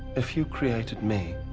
if you created me.